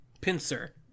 Pincer